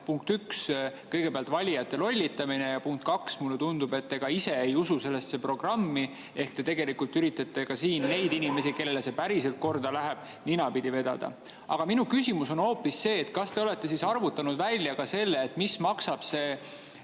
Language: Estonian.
punkt üks, valijate lollitamine ja punkt kaks, mulle tundub, et ka te ise ei usu sellesse programmi. Ehk te tegelikult üritate neid inimesi, kellele see päriselt korda läheb, ninapidi vedada. Aga minu küsimus on hoopis selline: kas te olete arvutanud välja, kui palju maksab see